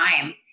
time